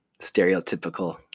Stereotypical